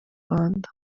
rwanda